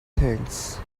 things